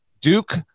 Duke